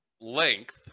length